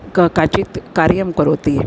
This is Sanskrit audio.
का काचित् कार्यं करोति